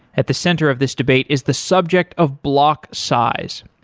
at the center of this debate is the subject of block size.